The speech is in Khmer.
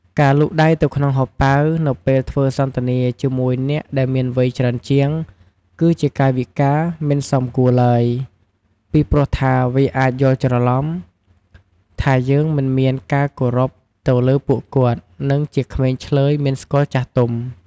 ការលូកដៃទៅក្នុងហោប៉ៅ នៅពេលធ្វើសន្ទនាជាមួយអ្នកដែលមានវ័យច្រើនជាង គឺជាកាយវិការមិនសមគួរឡើយ ពីព្រោះថាវាអាចយល់ច្រឡំ ថាយើងមិនមានការគោរពទៅលើពួកគាត់ និងជាក្មេងឈ្លើយមិនស្គាល់ចាស់ទុំ។